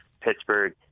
Pittsburgh